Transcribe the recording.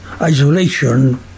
isolation